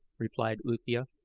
replied uthia.